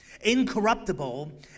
incorruptible